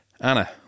anna